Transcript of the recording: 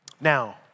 Now